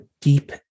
deep